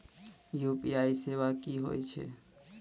UPI सेवा की होय छै?